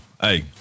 hey